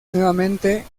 nuevamente